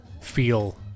feel